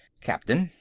captain,